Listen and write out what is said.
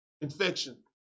Infection